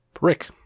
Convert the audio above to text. Rick